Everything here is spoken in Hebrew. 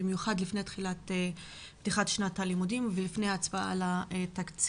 במיוחד לפני תחילת שנת הלימודים ולפני ההצבעה על התקציב,